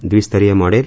द्विस्तरीय model